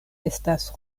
estas